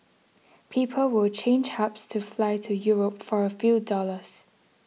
people will change hubs to fly to Europe for a few dollars